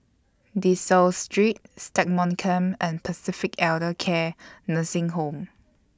De Souza Street Stagmont Camp and Pacific Elder Care Nursing Home